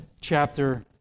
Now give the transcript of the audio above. Chapter